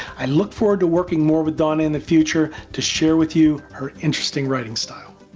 i look forward to working more with donna in the future to share with you her interesting writing style.